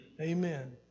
Amen